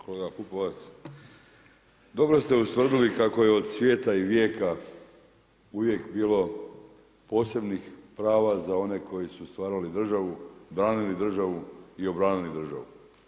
Kolega Pupovac, dobro ste ustvrdili kako je od svijeta i vijeka uvijek bilo posebnih prava za one koji su stvarali državu, branili državu i obranili državu.